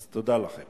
אז תודה לכם.